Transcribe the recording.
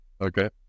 Okay